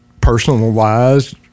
personalized